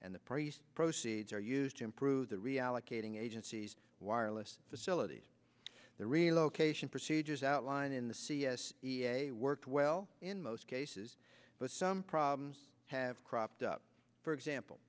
and the price proceeds are used to improve the reallocating agency's wireless facilities the relocation procedures outlined in the c s worked well in most cases but some problems have cropped up for example